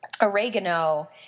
oregano